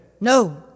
No